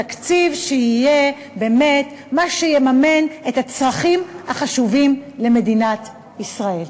תקציב שיהיה באמת מה שיממן את הצרכים החשובים למדינת ישראל.